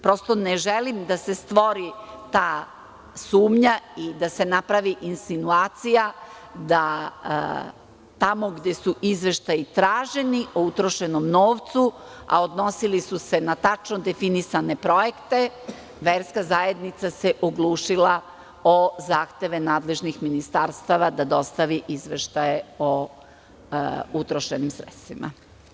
Prosto ne želim da se stvori ta sumnja i da se napravi insinuacija da tamo gde su izveštaji traženi o utrošenom novcu, a odnosili su se na tačno definisane projekte, verska zajednica se oglušila o zahteve nadležnih ministarstava, da dostavi izveštaje o utrošenim sredstvima.